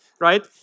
right